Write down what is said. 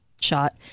shot